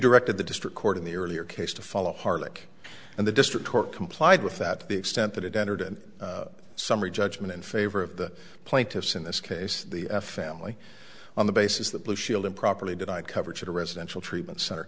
directed the district court in the earlier case to follow harlech and the district court complied with that to the extent that it entered a summary judgment in favor of the plaintiffs in this case the family on the basis that blue shield improperly did not cover to residential treatment center